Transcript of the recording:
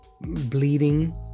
bleeding